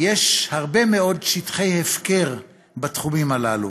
יש הרבה מאוד שטחי הפקר בתחומים הללו.